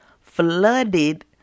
flooded